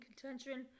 contention